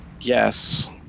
yes